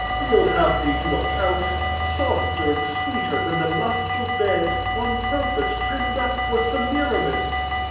we'll have thee to a couch softer and sweeter than the lustful bed on purpose trimm'd up for semiramis.